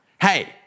Hey